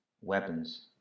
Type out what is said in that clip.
weapons